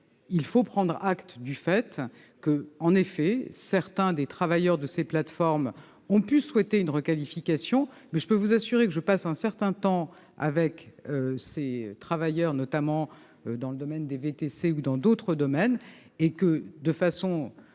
S'il faut prendre acte du fait que certains travailleurs de ces plateformes ont souhaité une requalification, je puis vous assurer que je passe un certain temps avec ces travailleurs, notamment dans le domaine des VTC ou dans d'autres domaines, et que, de façon